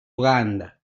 uganda